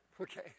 okay